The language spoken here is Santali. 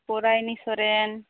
ᱯᱚᱨᱟᱭᱱᱤ ᱥᱚᱨᱮᱱ